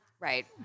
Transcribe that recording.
Right